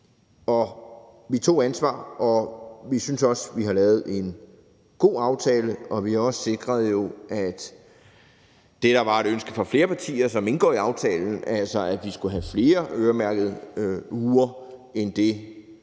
Vi tog ansvar, og vi synes også, at vi har lavet en god aftale. Det, der var et ønske om i flere partier, som indgår i aftalen, nemlig at vi skulle have flere øremærkede uger end det,